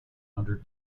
under